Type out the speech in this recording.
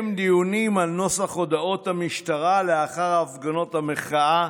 דיונים על נוסח הודעות המשטרה לאחר הפגנות המחאה